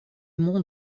monts